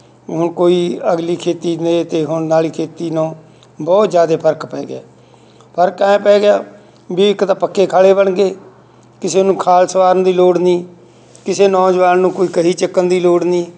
ਹੁਣ ਕੋਈ ਅਗਲੀ ਖੇਤੀ ਦੇ ਅਤੇ ਹੁਣ ਵਾਲੀ ਖੇਤੀ ਨੂੰ ਬਹੁਤ ਜ਼ਿਆਦਾ ਫਰਕ ਪੈ ਗਿਆ ਫਰਕ ਐਂ ਪੈ ਗਿਆ ਵੀ ਇੱਕ ਤਾਂ ਪੱਕੇ ਖਾਲੇ ਬਣ ਗਏ ਕਿਸੇ ਨੂੰ ਖਾਲ ਸੰਵਾਰਨ ਦੀ ਲੋੜ ਨਹੀਂ ਕਿਸੇ ਨੌਜਵਾਨ ਨੂੰ ਕੋਈ ਕਹੀ ਚੱਕਣ ਦੀ ਲੋੜ ਨਹੀਂ